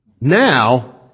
now